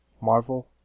Marvel